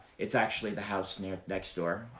it's actually the house and you know next door.